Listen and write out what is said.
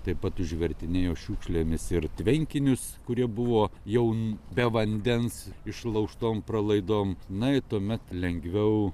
taip pat užvertinėjo šiukšlėmis ir tvenkinius kurie buvo jau be vandens išlaužtom pralaidom na ir tuomet lengviau